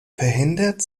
verhindert